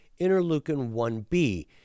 interleukin-1b